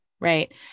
right